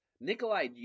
Nikolai